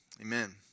amen